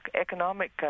economic